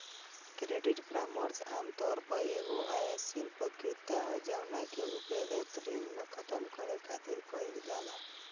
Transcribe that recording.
credit परामर्श आमतौर पर एगो अयीसन प्रक्रिया ह जवना के उपयोग ऋण के खतम करे खातिर कईल जाला